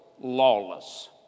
lawless